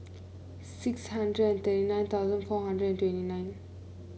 six hundred and thirty nine thousand four hundred and twenty nine